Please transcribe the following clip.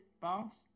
boss